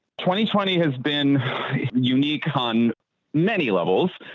twenty twenty has been unique on many levels,